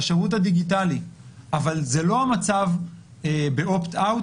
לשירות הדיגיטלי אבל זה לא המצב ב"אופט-אאוט",